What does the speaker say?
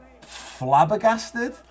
flabbergasted